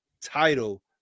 title